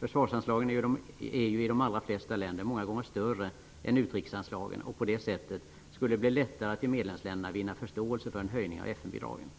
Försvarsanslagen är ju i de allra flesta länder många gånger större än utrikesanslagen. På det sättet skulle det bli lättare att i medlemsländerna vinna förståelse för en höjning av FN-bidragen.